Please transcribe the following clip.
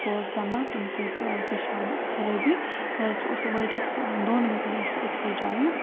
سُہ اوس بیٚمار تٔمِس ٲس ٲں پیشاب خرٲبی ٲں سُہ اوس ؤرۍ یَس ٲں دۄن ؤرۍ یَن اوس سُہ أکسٕے جایہِ